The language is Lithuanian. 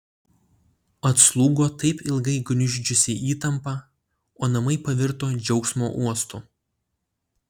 atslūgo taip ilgai gniuždžiusi įtampa o namai pavirto džiaugsmo uostu